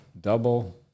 double